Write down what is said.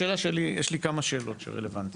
השאלה שלי, יש לי כמה שאלות שהן רלוונטיות.